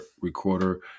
recorder